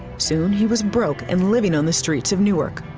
soon he was broke and living on the streets of newark.